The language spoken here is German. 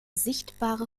sichtbare